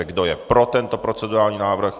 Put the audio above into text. Kdo je pro tento procedurální návrh?